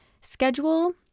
schedule